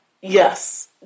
Yes